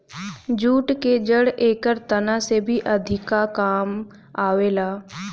jute के जड़ एकर तना से भी अधिका काम आवेला